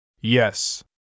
Yes